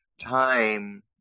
time